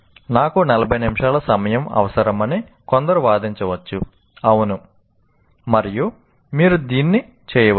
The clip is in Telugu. నాకు 40 నిమిషాల సమయం అవసరమని కొందరు వాదించవచ్చు అవును మరియు మీరు దీన్ని చేయవచ్చు